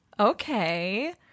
Okay